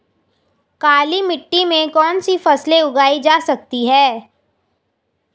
काली मिट्टी में कौनसी फसलें उगाई जा सकती हैं?